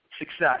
success